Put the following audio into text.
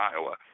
Iowa